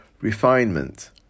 Refinement